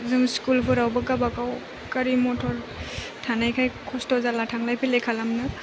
जों स्कुलफोरावबो गावबागाव गारि मटर थानायखाय खस्थ' जाला थांलाय फैलाय खालामनो